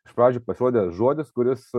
iš pradžių pasirodė žodis kuris